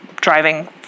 driving